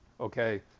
okay